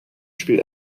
spielt